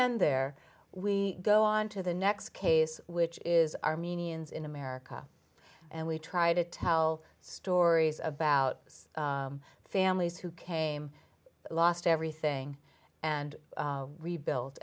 end there we go on to the next case which is armenians in america and we try to tell stories about those families who came lost everything and rebuilt